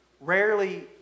rarely